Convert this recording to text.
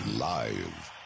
live